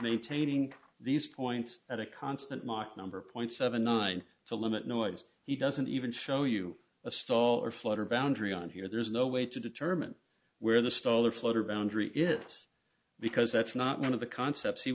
maintaining these points at a constant mach number point seven nine to limit no i just he doesn't even show you a stall or flutter boundary on here there's no way to determine where the stall or floater boundary is because that's not one of the concepts he